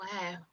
Wow